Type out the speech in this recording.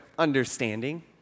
understanding